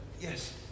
Yes